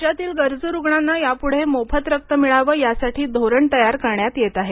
राज्यातील गरजू रुग्णांना यापुढे मोफत रक्त मिळावं यासाठी धोरण तयार करण्यात येत आहे